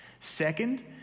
Second